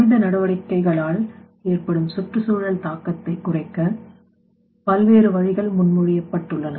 மனித நடவடிக்கைகளால் ஏற்படும் சுற்றுச்சூழல் தாக்கத்தை குறைக்க பல்வேறு வழிகள் முன்மொழியப்பட்டுள்ளன